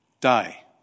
die